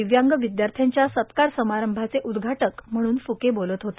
दिव्यांग विदयार्थ्यांच्या सत्कार समारंभाचे उदघाटक म्हणून फुके बोलत होते